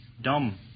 dumb